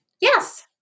Yes